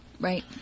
Right